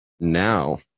now